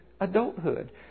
adulthood